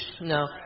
no